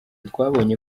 twabonye